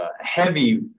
heavy